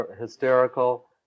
hysterical